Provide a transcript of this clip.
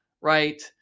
Right